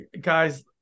guys